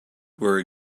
were